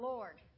Lord